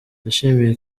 yashimiye